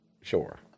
Sure